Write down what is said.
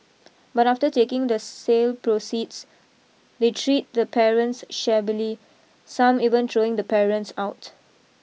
but after taking the sale proceeds they treat the parents shabbily some even throwing the parents out